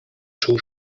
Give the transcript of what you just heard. czuł